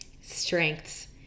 Strengths